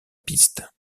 piste